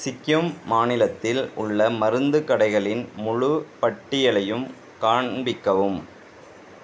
சிக்கிம் மாநிலத்தில் உள்ள மருந்து கடைகளின் முழுப்பட்டியலையும் காண்பிக்கவும்